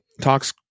talks